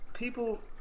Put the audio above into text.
people